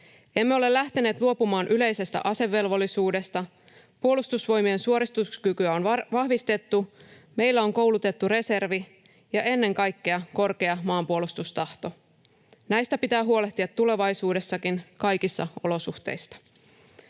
Emme ole lähteneet luopumaan yleisestä asevelvollisuudesta. Puolustusvoi-mien suorituskykyä on vahvistettu. Meillä on koulutettu reservi ja ennen kaikkea korkea maanpuolustustahto. Näistä pitää huolehtia tulevaisuudessakin kaikissa olosuhteissa.